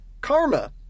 karma